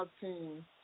team